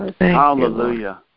Hallelujah